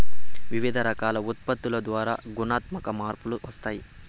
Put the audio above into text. వివిధ రకాల ఉత్పత్తుల ద్వారా గుణాత్మక మార్పులు వస్తాయి